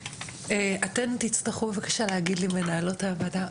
אז בבקשה אנחנו נשמע נציג של משרד החינוך.